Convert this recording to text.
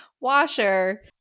washer